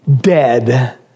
dead